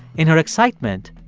in her excitement,